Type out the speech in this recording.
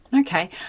Okay